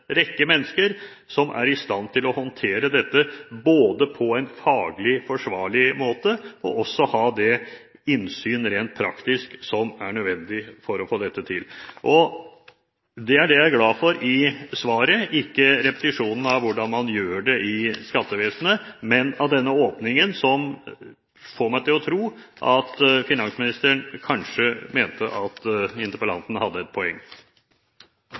rekke mennesker som er i stand til både å håndtere dette på en faglig forsvarlig måte og å ha det innsyn rent praktisk som er nødvendig for å få dette til. Det er det jeg er glad for i svaret, ikke repetisjonen av hvordan man gjør det i skattevesenet, men denne åpningen som får meg til å tro at finansministeren kanskje mente at interpellanten hadde et poeng.